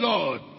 Lord